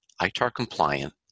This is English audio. ITAR-compliant